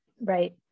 Right